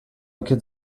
could